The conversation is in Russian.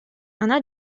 она